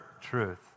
truth